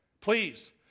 please